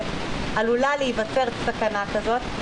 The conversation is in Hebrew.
מדבקת עלולה להיווצר סכנה כזאת,